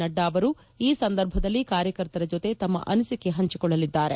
ನಡ್ಡಾ ಅವರೂ ಈ ಸಂದರ್ಭದಲ್ಲಿ ಕಾರ್ಯಕರ್ತರ ಜತೆ ತಮ್ಮ ಅನಿಸಿಕೆ ಪಂಚಿಕೊಳ್ಳಲಿದ್ದಾರೆ